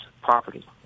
property